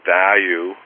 value